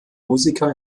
musiker